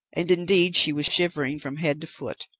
and indeed she was shivering from head to foot,